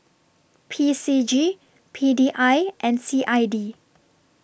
P C G P D I and C I D